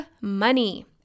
money